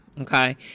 okay